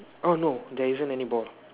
oh no there isn't any ball